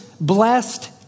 Blessed